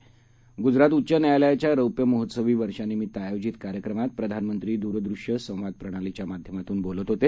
मकरावं गुजरातउच्चन्यायालयाच्यारौप्यमहोत्सवीवर्षानिमित्तआयोजितकार्यक्रमातप्रधानमंत्रीद्रदूश्यसंवादप्रणालीच्यामाध्यमातून बोलतहोते